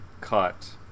cut